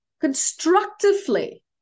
constructively